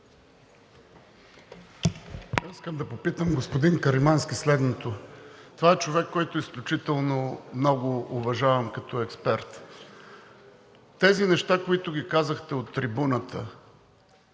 Искам да попитам господин Каримански следното: това е човек, когото изключително много уважавам като експерт. Тези неща, които ги казахте от трибуната,